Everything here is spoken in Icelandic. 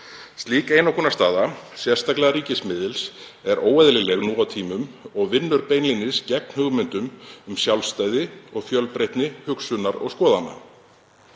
Slík einokunarstaða, sérstaklega ríkismiðils, er óeðlileg nú á tímum og vinnur beinlínis gegn hugmyndum um sjálfstæði og fjölbreytni hugsunar og skoðana.